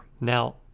now